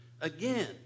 again